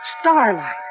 starlight